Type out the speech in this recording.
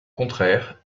contraire